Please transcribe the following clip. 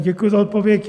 Děkuji za odpověď.